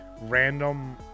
random